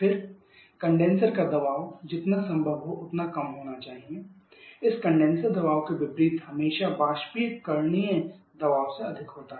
फिर कंडेनसर का दबाव जितना संभव हो उतना कम होना चाहिए इस कंडेनसर दबाव के विपरीत हमेशा बाष्पीकरणीय दबाव से अधिक होता है